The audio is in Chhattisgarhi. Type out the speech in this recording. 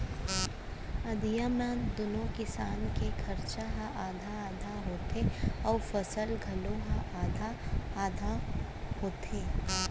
अधिया म दूनो किसान के खरचा ह आधा आधा होथे अउ फसल घलौक ह आधा आधा होथे